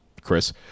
Chris